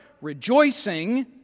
Rejoicing